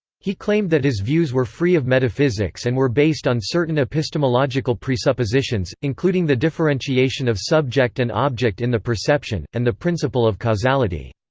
he claimed that his views were free of metaphysics and were based on certain epistemological presuppositions, including the differentiation of subject and object in the perception, and the principle of causality.